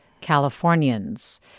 Californians